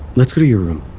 let's go to your room